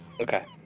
Okay